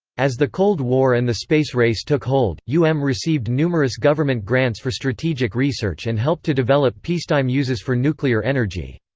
as the cold war and the space race took hold, u m received numerous government grants for strategic research and helped to develop peacetime uses for nuclear energy.